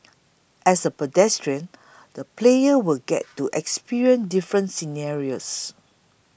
as a pedestrian the player will get to experience different scenarios